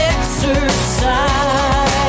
Exercise